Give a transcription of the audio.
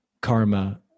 karma